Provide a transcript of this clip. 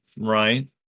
right